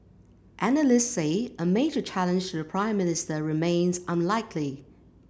analysts say a major challenge to the Prime Minister remains unlikely